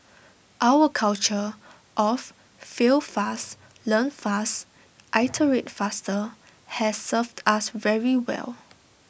our culture of 'fail fast learn fast iterate faster' has served us very well